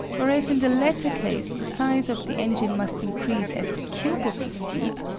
whereas in the latter case the size of the engine must increase as the cube of the speed,